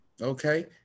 Okay